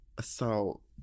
So-